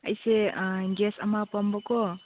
ꯑꯩꯁꯦ ꯒ꯭ꯌꯥꯁ ꯑꯃ ꯄꯥꯝꯕꯀꯣ